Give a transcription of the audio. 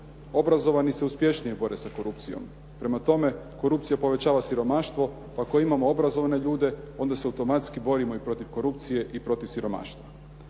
Obrazovani se uspješnije bore sa korupcijom, prema tome korupcija povećava siromaštvo, ako imamo obrazovane ljude onda se automatski borimo i protiv korupcije i protiv siromaštva.